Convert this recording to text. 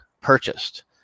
purchased